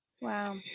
Wow